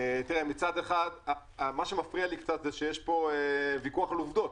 מה שמפריע לי קצת זה שיש פה ויכוח על עובדות,